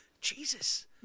Jesus